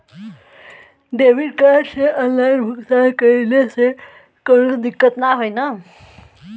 Debit card से online भुगतान कइले से काउनो दिक्कत ना होई न?